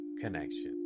connection